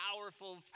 powerful